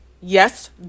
Yes